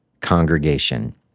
congregation